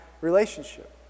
relationship